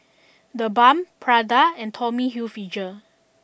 TheBalm Prada and Tommy Hilfiger